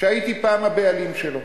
שהייתי פעם הבעלים שלו.